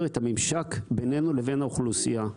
את המימשק בינינו לבין האוכלוסייה.